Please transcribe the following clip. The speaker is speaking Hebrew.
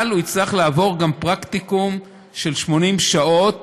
אבל הוא יצטרך לעבור פרקטיקום של 80 שעות